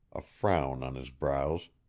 a frown on his brows.